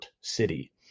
city